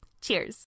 Cheers